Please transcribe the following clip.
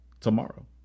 tomorrow